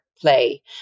play